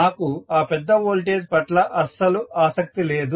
నాకు ఆ పెద్ద వోల్టేజ్ పట్ల అస్సలు ఆసక్తి లేదు